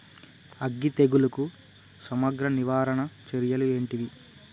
అగ్గి తెగులుకు సమగ్ర నివారణ చర్యలు ఏంటివి?